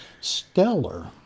Stellar